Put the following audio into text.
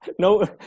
No